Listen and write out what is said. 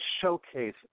showcase